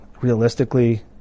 realistically